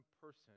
person